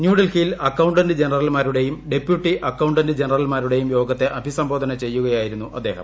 ന്യൂഡൽഹിയിൽ അക്കൌണ്ടന്റ് ജനറൽമാരുടെയും deputy accountant ജനറൽമാരുടെയും യോഗത്തെ അഭിസംബോധന ചെയ്യുകയായിരുന്നു അദ്ദേഹം